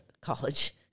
college